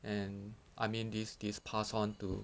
and I mean this this passed on to